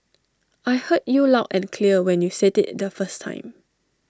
I heard you loud and clear when you said IT the first time